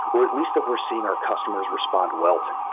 or at least that we're seeing our customers respond well to,